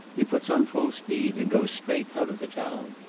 he puts on full speed and goes straight out of the town.